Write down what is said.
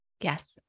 Yes